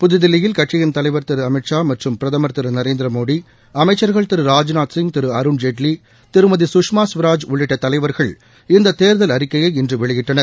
புதுதில்லியில் கட்சியின் தலைவர் திரு அமித் ஷா மற்றும் பிரதமர் திரு நரேந்திரமோடி அமைச்சர்கள் திரு ராஜ்நாத் சிங் திரு அருண்ஜேட்லி திருமதி சுஷ்மா ஸ்வராஜ் உள்ளிட்ட தலைவர்கள் இந்த தேர்தல் அறிக்கையை இன்று வெளியிட்டனர்